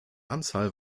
anzahl